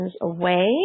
away